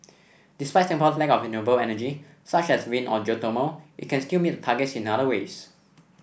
despite Singapore's lack of renewable energy such as wind or geothermal it can still meet the targets in other ways